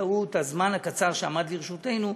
בזמן הקצר שעמד לרשותנו,